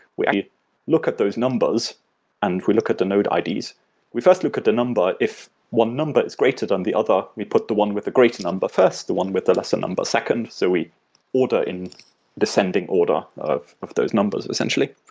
we look at those numbers and we look at the node ids we first look at the number. if one number is greater than the other, we put the one with the greater number first, the one with the lesser number second, so we order in descending order of of those numbers essentially.